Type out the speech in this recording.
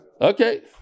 Okay